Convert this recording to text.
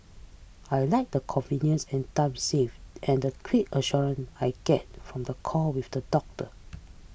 I like the convenience and time save and the quick assurance I get from the call with the doctor